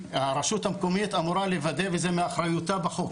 הרשות המקומית אמורה לוודא וזה מאחריותה בחוק.